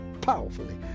powerfully